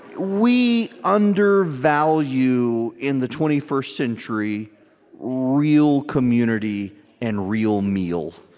we undervalue in the twenty first century real community and real meal.